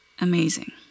Amazing